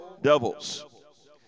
devils